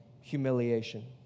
humiliation